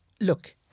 Look